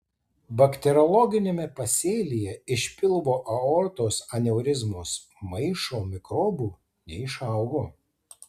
bakteriologiniame pasėlyje iš pilvo aortos aneurizmos maišo mikrobų neišaugo